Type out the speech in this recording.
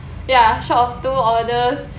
ya short of two orders